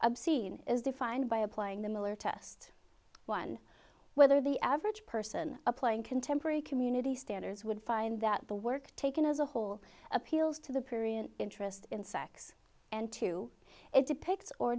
obscene is defined by applying the miller test one whether the average person applying contemporary community standards would find that the work taken as a whole appeals to the period interest in sex and two it depicts or